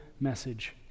message